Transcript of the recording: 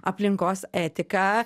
aplinkos etika